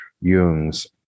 Jung's